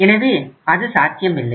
எனவே அது சாத்தியமில்லை